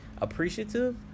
appreciative